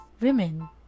women